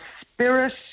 spirit